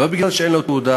לא כי אין לו תעודה,